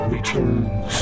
Returns